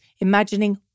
imagining